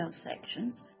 sections